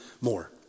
more